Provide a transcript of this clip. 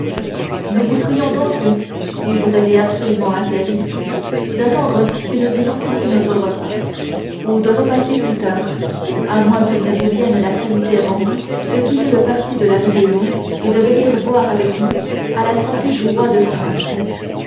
nous vous prions donc si vous avez absolument affaire ici d'attendre que nous ayons fini notre repas ou de repasser plus tard à moins qu'il ne vous prenne la salutaire envie de quitter le parti de la rébellion et de venir boire avec nous à la santé du roi de france